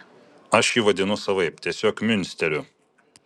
aš jį vadinu savaip tiesiog miunsteriu